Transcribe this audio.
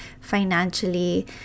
financially